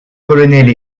colonels